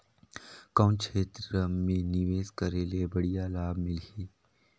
कौन क्षेत्र मे निवेश करे ले बढ़िया लाभ मिलही?